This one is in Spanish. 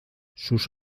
sus